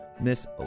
miss